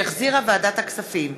שהחזירה ועדת הכספים.